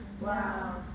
Wow